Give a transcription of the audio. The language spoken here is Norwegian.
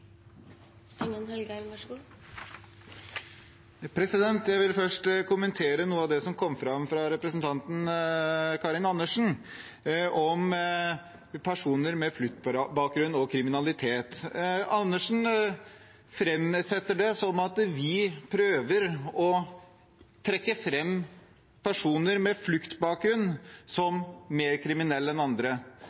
Jeg vil først kommentere noe av det som kom fram fra representanten Karin Andersen om personer med fluktbakgrunn og kriminalitet. Andersen framsstiller det som om vi prøver å trekke fram personer med fluktbakgrunn som mer kriminelle enn andre.